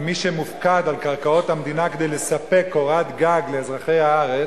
ממי שמופקד על קרקעות המדינה כדי לספק קורת גג לאזרחי הארץ,